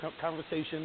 conversation